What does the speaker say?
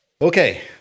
Okay